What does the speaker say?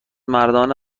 مردان